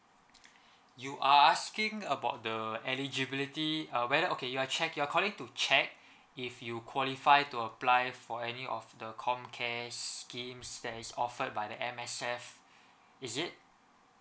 you are asking about the the eligibility uh whether okay you are check you're calling to check if you qualify to apply for any of the comcare scheme that is offered by the M_S_F is it